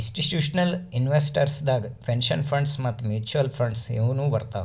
institutional investors ದಾಗ್ pension funds ಮತ್ತ್ mutual funds ಇವ್ನು ಬರ್ತವ್